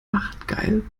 machtgeil